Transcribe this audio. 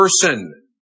person